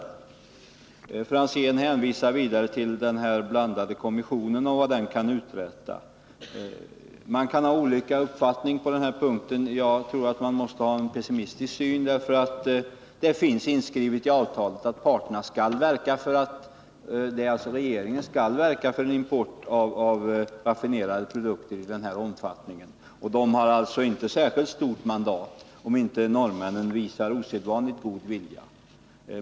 Ivar Franzén hänvisar vidare till den blandade kommissionen och vad den kan uträtta. Man kan ha olika uppfattning på den här punkten. Jag tror man måste ha en pessimistisk syn. Det finns inskrivet i avtalet att regeringen skall verka för en import av raffinerade produkter. Kommissionen har alltså inte stort mandat, om inte norrmännen visar osedvanligt god vilja.